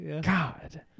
God